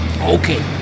okay